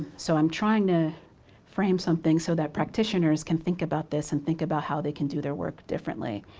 so i'm trying to frame some things so that practitioners can think about this and think about how they can do their work differently.